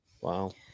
Wow